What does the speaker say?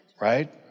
Right